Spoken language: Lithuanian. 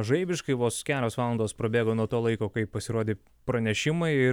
žaibiškai vos kelios valandos prabėgo nuo to laiko kai pasirodė pranešimai